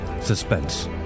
Suspense